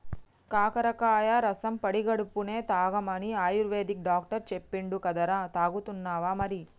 కాకరకాయ కాయ రసం పడిగడుపున్నె తాగమని ఆయుర్వేదిక్ డాక్టర్ చెప్పిండు కదరా, తాగుతున్నావా మరి